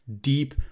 deep